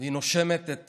היא נושמת את